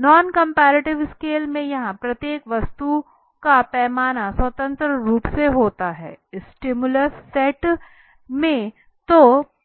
non comparative scale में यहां प्रत्येक वस्तु का पैमाने स्वतंत्र रूप से होता है स्टिमुलस सेट में तो